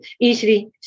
Easily